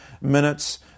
minutes